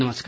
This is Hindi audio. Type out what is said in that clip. नमस्कार